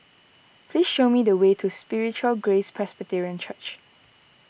please show me the way to Spiritual Grace Presbyterian Church